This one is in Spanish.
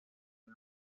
una